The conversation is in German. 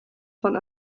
von